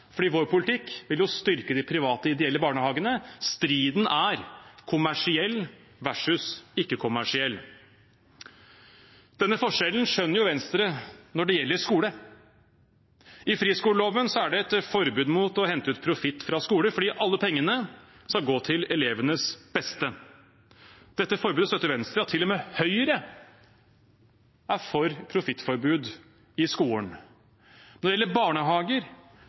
fordi vår politikk vil styrke de private ideelle barnehagene. Striden er kommersiell versus ikke-kommersiell. Denne forskjellen skjønner jo Venstre når det gjelder skole. I friskoleloven er det et forbud mot å hente ut profitt fra skoler, fordi alle pengene skal gå til elevenes beste. Dette forbudet støtter Venstre. Ja, til og med Høyre er for profittforbud i skolen. Når det gjelder barnehager,